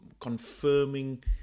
confirming